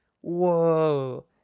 Whoa